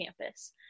campus